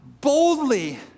boldly